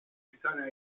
pisania